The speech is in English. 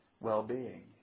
well-being